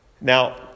Now